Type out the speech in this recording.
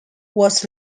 was